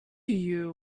you